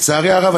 לצערי הרב,